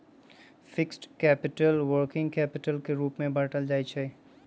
fixed capital, working capital के रूप में बाटल जाइ छइ